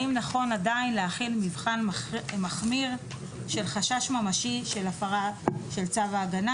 האם עדיין נכון להחיל מבחן מחמיר של חשש ממשי של הפרה של צו ההגנה